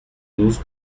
douze